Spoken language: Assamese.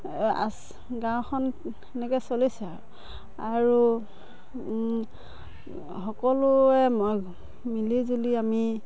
এই আছ গাঁওখন এনেকৈ চলিছে আৰু আৰু সকলোৱে মই মিলি জুলি আমি